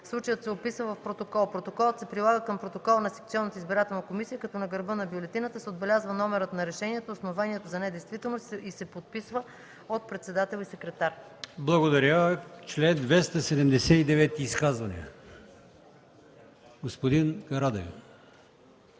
случаят се описва в протокол. Протоколът се прилага към протокола на секционната избирателна комисия, като на гърба на бюлетината се отбелязва номерът на решението, основанието за недействителност и се подписва от председател и секретар.” ПРЕДСЕДАТЕЛ АЛИОСМАН ИМАМОВ: Благодаря.